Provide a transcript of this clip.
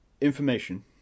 information